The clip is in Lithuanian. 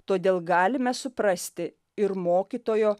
todėl galime suprasti ir mokytojo